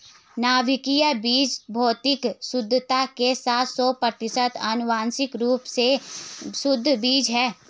नाभिकीय बीज भौतिक शुद्धता के साथ सौ प्रतिशत आनुवंशिक रूप से शुद्ध बीज है